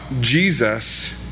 Jesus